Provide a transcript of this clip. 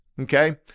Okay